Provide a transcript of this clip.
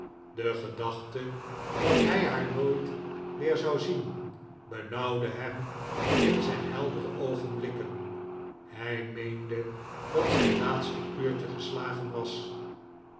de gedachte dat hij haar nooit weer zou zien benauwde hem in zijn heldere oogenblikken hij meende dat zijn laatste uurtje gestagen was